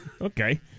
Okay